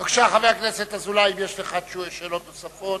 בבקשה, חבר הכנסת אזולאי, אם יש לך שאלות נוספות.